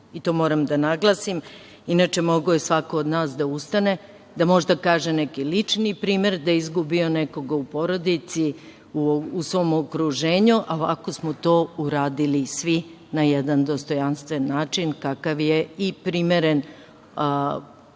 To moram da naglasim. Inače, mogao je svako od nas da ustane, da možda kaže neki lični primer da je izgubio nekoga u porodici, u svom okruženju, a ovako smo to uradili svi na jedan dostojanstven način, kakav je i primeren